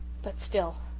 but still,